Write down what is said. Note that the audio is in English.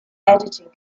editing